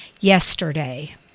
Yesterday